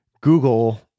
Google